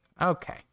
Okay